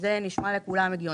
שזה נשמע לכולם הגיוני.